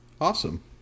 Awesome